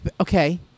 okay